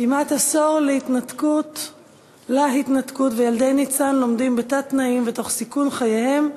כמעט עשור להתנתקות וילדי ניצן לומדים בתת-תנאים ותוך סיכון חייהם,